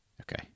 okay